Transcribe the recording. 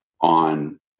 on